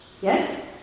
Yes